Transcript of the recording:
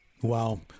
Wow